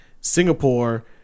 Singapore